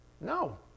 No